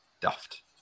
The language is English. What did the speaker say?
daft